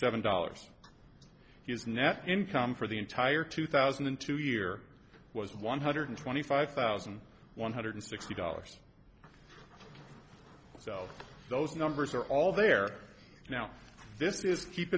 seven dollars his net income for the entire two thousand and two year was one hundred twenty five thousand one hundred sixty dollars so those numbers are all there now this is keep